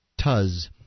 Tuz